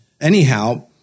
Anyhow